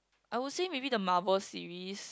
I would say maybe the Marvel series